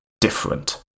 different